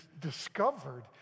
discovered